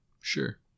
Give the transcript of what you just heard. Sure